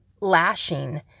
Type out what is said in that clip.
lashing